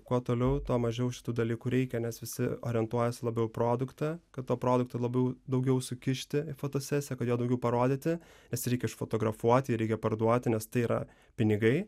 kuo toliau tuo mažiau šitų dalykų reikia nes visi orientuojasi labiau į produktą kad to produkto labiau daugiau sukišti į fotosesiją kad jo daugiau parodyti nes jį reikia išfotografuoti jį reikia parduoti nes tai yra pinigai